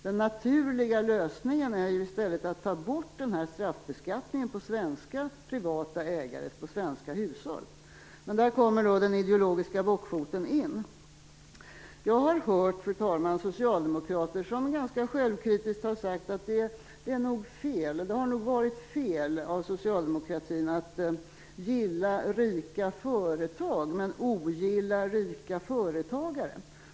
Den naturliga lösningen är ju i stället att ta bort straffbeskattningen på svenska privata ägare, på svenska hushåll. Men där kommer den ideologiska bockfoten in. Jag har hört, fru talman, socialdemokrater som ganska självkritiskt har sagt att det nog har varit fel av socialdemokratin att gilla rika företag men ogilla rika företagare.